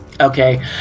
Okay